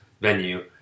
venue